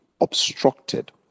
obstructed